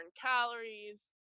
calories